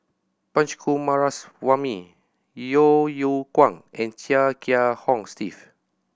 Punch Coomaraswamy Yeo Yeow Kwang and Chia Kiah Hong Steve